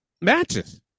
matches